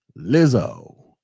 Lizzo